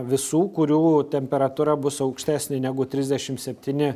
visų kurių temperatūra bus aukštesnė negu trisdešim septyni